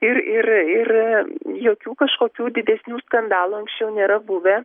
ir ir ir jokių kažkokių didesnių skandalų anksčiau nėra buvę